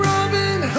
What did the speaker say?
Robin